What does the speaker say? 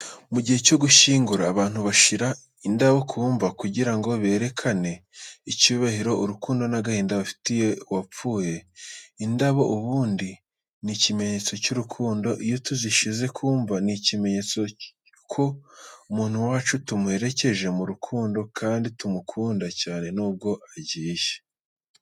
Mu gihe cyo gushyingura, abantu bashyira indabo ku mva kugira ngo berekane icyubahiro, urukundo n’agahinda bafitiye uwapfuye. Indabo ubundi ni ikimenyetso cy’urukundo, iyo tuzishyize ku mva ni ikimenyetso ko umuntu wacu tumuherekeje mu rukundo kandi tumukunda cyane nubwo agiye.